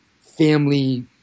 family